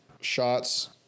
shots